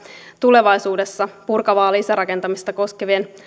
tulevaisuudessa purkavaa lisärakentamista koskevan